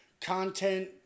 content